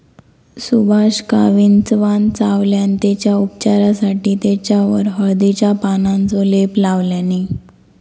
सुभाषका विंचवान चावल्यान तेच्या उपचारासाठी तेच्यावर हळदीच्या पानांचो लेप लावल्यानी